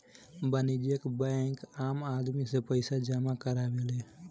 वाणिज्यिक बैंक आम आदमी से पईसा जामा करावेले